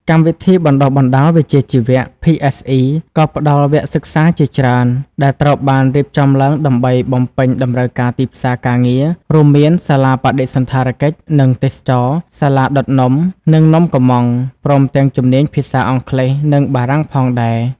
កម្មវិធីបណ្តុះបណ្តាលវិជ្ជាជីវៈ PSE ក៏ផ្តល់វគ្គសិក្សាជាច្រើនដែលត្រូវបានរៀបចំឡើងដើម្បីបំពេញតម្រូវការទីផ្សារការងារ រួមមាន សាលាបដិសណ្ឋារកិច្ច និងទេសចរណ៍ សាលាដុតនំ និងនំកុម្មង់ ព្រមទាំងជំនាញភាសាអង់គ្លេស និងបារាំងផងដែរ។